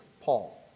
Paul